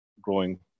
growing